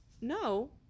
no